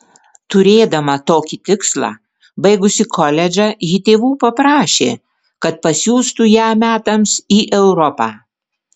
turėdama tokį tikslą baigusi koledžą ji tėvų paprašė kad pasiųstų ją metams į europą